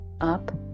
up